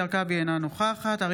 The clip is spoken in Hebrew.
אינה נוכחת מטי צרפתי הרכבי,